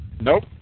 Nope